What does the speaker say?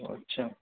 আচ্ছা